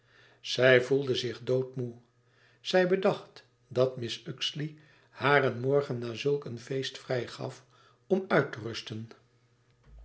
zij voelde zich doodmoê zij bedacht dat mrs uxeley haar een morgen na zulk een feest vrij gaf om uit te rusten